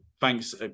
thanks